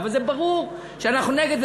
זה ברור שאנחנו נגד,